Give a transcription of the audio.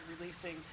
releasing